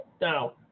Now